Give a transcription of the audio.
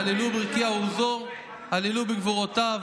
הללוהו ברקיע עזו: הללוהו בגבורתיו